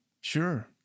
Sure